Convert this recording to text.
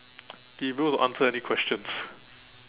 be able to answer any questions